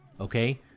Okay